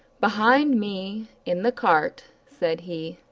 behind me, in the cart, said he,